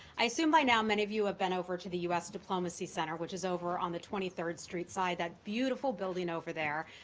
i assume by now many of you have ah been over to the u s. diplomacy center, which is over on the twenty third street side, that beautiful building over there,